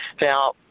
Now